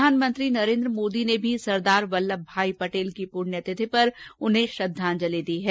प्रधानमंत्री नरेन्द्र मोदी ने भी सरदार वल्लभ भाई पटेल की पुण्य तिथि पर उन्हें श्रद्धांजलि दी है